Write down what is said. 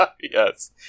Yes